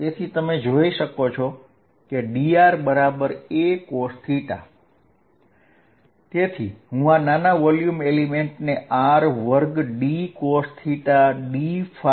તેથી તમે જોઈ શકો છો કે dracosθ છે તેથી હું dVR2dcosθdϕ